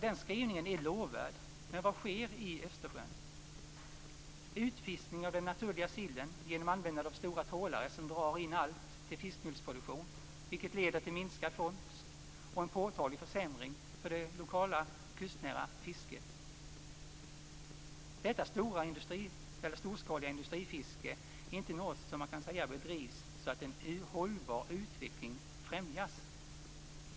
Den skrivningen är lovvärd, men vad sker i Östersjön? Man fiskar ut den naturliga sillen genom användande av stora trålare som drar in allt till fiskmjölsproduktion, vilket leder till minskad fångst och en påtaglig försämring för det lokala kustnära fisket. Man kan inte säga att detta storskaliga industrifiske bedrivs så att en hållbar utveckling främjas.